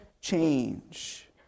change